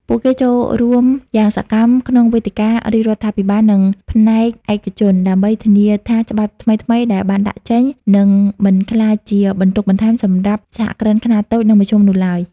ពួកគេចូលរួមយ៉ាងសកម្មក្នុងវេទិការាជរដ្ឋាភិបាល និងផ្នែកឯកជន ដើម្បីធានាថាច្បាប់ថ្មីៗដែលបានដាក់ចេញ នឹងមិនក្លាយជាបន្ទុកបន្ថែមសម្រាប់សហគ្រាសខ្នាតតូច និងមធ្យមនោះឡើយ។